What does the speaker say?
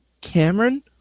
Cameron